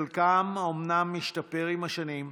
חלקם אומנם משתפר עם השנים,